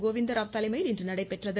கோவிந்தராவ் தலைமையில் இன்று நடைபெற்றது